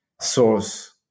source